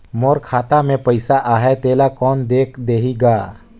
मोर खाता मे पइसा आहाय तेला कोन देख देही गा?